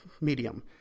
medium